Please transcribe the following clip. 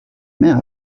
maire